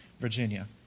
Virginia